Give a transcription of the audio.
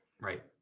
Right